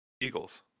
Eagles